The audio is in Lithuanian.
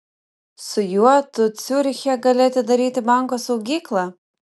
su juo tu ciuriche gali atidaryti banko saugyklą